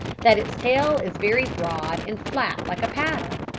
that its tail is very broad and flat like a paddle.